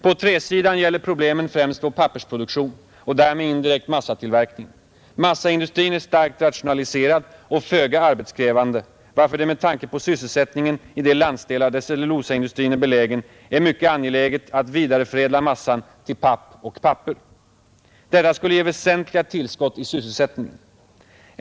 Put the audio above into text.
På träsidan gäller problemen främst vår pappersproduktion och därmed indirekt massatillverkningen. Massaindustrin är starkt rationaliserad och föga arbetskrävande, varför det med tanke på sysselsättningen i de landsdelar där cellulosaindustrin är belägen är mycket angeläget att vidareförädla massan till papp och papper. Detta skulle ge väsentliga tillskott i sysselsättning.